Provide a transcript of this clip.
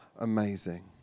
amazing